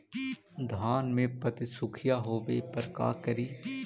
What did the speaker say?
धान मे पत्सुखीया होबे पर का करि?